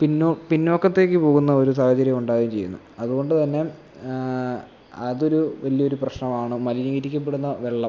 പിന്നോക്കത്തേക്ക് പോകുന്ന ഒരു സാഹചര്യം ഉണ്ടാകുകയും ചെയ്യുന്നു അതുകൊണ്ട് തന്നെ അതൊരു വലിയൊരു പ്രശ്നമാണ് മലിനീകരിക്കപ്പെടുന്ന വെള്ളം